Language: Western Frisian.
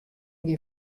gjin